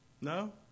No